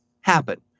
happen